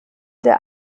der